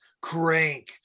crank